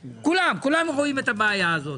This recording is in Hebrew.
כולם, כולנו רואים את הבעיה הזאת.